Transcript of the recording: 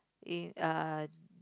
in uh